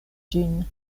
ĝin